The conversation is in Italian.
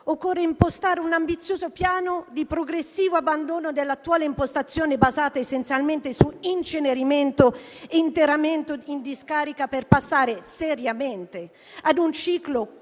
Occorre impostare un ambizioso piano di progressivo abbandono dell'attuale impostazione basata essenzialmente su incenerimento e interramento in discarica, per passare seriamente ad un ciclo